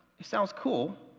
it sounds cool,